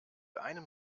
einem